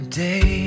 day